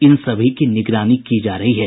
इन सभी की निगरानी की जा रही है